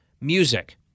music